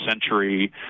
century